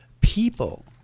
people